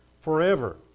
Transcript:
forever